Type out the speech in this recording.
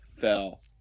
fell